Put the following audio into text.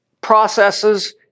processes